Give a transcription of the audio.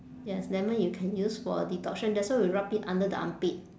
yes lemon you can use for detoxion that's why we rub it under the armpit